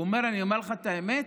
הוא אמר: אני אומר לך את האמת,